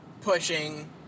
pushing